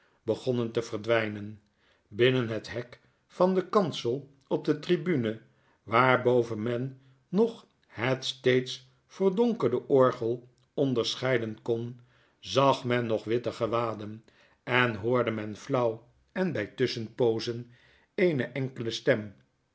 begonnen te verdwijnen binnen het hek van den kansel op de tribune waarboven men nog het steeds verdonkerende orgel onderscheiden kon zag men nog witte gewaden en hoorde men flauw en bij tusschenpoozen eene enkele stem